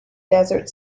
desert